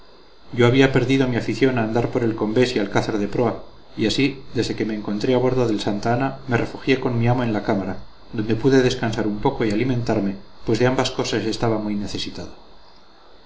yo había perdido mi afición a andar por el combés y alcázar de proa y así desde que me encontré a bordo del santa ana me refugié con mi amo en la cámara donde pude descansar un poco y alimentarme pues de ambas cosas estaba muy necesitado